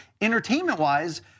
entertainment-wise